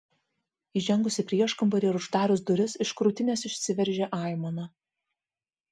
įžengus į prieškambarį ir uždarius duris iš krūtinės išsiveržė aimana